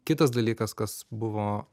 kitas dalykas kas buvo